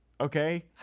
okay